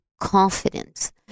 confidence